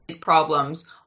problems